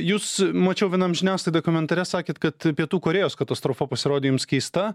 jūs mačiau vienam žiniasklaidai komentare sakėt kad pietų korėjos katastrofa pasirodė jums keista